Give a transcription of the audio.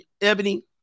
Ebony